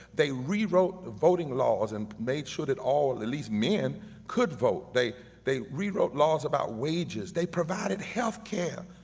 they rewrote the voting laws and made sure that all, at least men could vote. they they rewrote laws about wages, they provided healthcare.